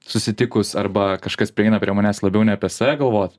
susitikus arba kažkas prieina prie manęs labiau ne apie save galvot